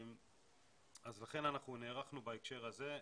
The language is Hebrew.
לכן נערכנו בהקשר הזה,